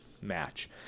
match